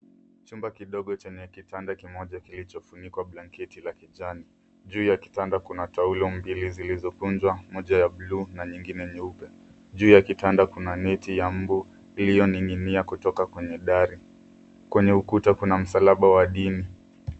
Chumba kidogo chenye kitanda kimoja kilichofunikwa blanketi la kijani. Juu ya kitanda kuna taulo mbili zilizokunjwa, moja ya buluu na nyingine nyeupe. Juu ya kitanda kuna neti ya mbu iliyoning'inia kutoka kwenye dari. Kwenye ukuta kuna msalaba wa dini.